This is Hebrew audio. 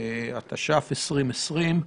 התש"ף-2020.